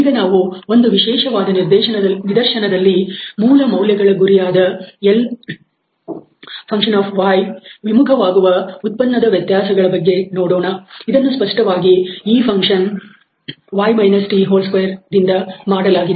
ಈಗ ನಾವು ಒಂದು ವಿಶೇಷವಾದ ನಿದರ್ಶನದಲ್ಲಿ ಮೂಲ ಮೌಲ್ಯಗಳ ಗುರಿಯಾದ L ವಿಮುಖವಾಗುವ ಉತ್ಪನ್ನದ ವ್ಯತ್ಯಾಸಗಳ ಬಗ್ಗೆ ನೋಡೋಣ ಇದನ್ನು ಸ್ಪಷ್ಟವಾಗಿ ಈ ಫನ್ಕ್ಷನ್ 2 ದಿಂದ ನೀಡಲಾಗಿದೆ